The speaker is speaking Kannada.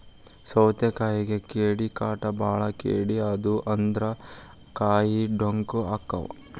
ಸೌತಿಕಾಯಿಗೆ ಕೇಡಿಕಾಟ ಬಾಳ ಕೇಡಿ ಆದು ಅಂದ್ರ ಕಾಯಿ ಡೊಂಕ ಅಕಾವ್